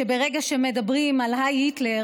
ברגע שאומרים "הייל היטלר",